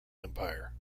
empire